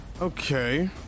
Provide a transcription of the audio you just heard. Okay